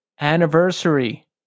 anniversary